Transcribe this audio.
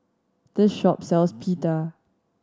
this shop sells Pita